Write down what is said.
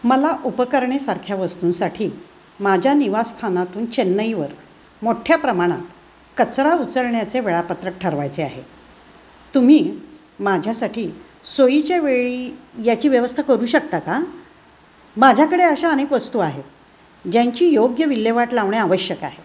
मला उपकरणेसारख्या वस्तूंसाठी माझ्या निवासस्थानातून चेन्नईवर मोठ्या प्रमाणात कचरा उचलण्याचे वेळापत्रक ठरवायचे आहे तुम्ही माझ्यासाठी सोयीच्या वेळी याची व्यवस्था करू शकता का माझ्याकडे अशा अनेक वस्तू आहेत ज्यांची योग्य विल्हेवाट लावणे आवश्यक आहे